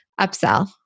upsell